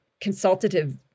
consultative